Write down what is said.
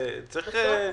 לא,